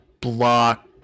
block